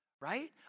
right